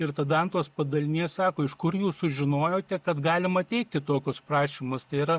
ir tada antos padalinyje sako iš kur jūs sužinojote kad galima teikti tokius prašymus tai yra